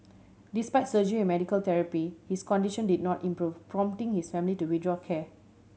despite surgery and medical therapy his condition did not improve prompting his family to withdraw care